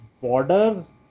borders